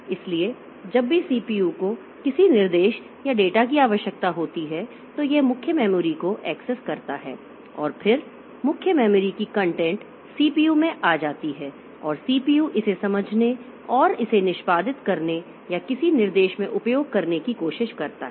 इसलिए जब भी सीपीयू को किसी निर्देश या डेटा की आवश्यकता होती है तो यह मुख्य मेमोरी को एक्सेस करता है और फिर मुख्य मेमोरी की कंटेंट सीपीयू में आ जाती है और सीपीयू इसे समझने और इसे निष्पादित करने या किसी निर्देश में उपयोग करने की कोशिश करता है